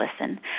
listen